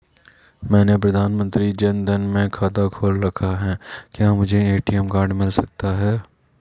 मैंने प्रधानमंत्री जन धन में खाता खोल रखा है क्या मुझे ए.टी.एम कार्ड मिल सकता है?